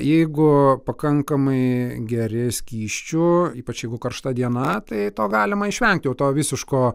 jeigu pakankamai geri skysčių ypač jeigu karšta diena tai to galima išvengti jau to visiško